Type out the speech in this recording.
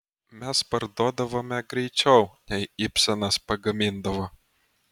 mes parduodavome greičiau nei ibsenas pagamindavo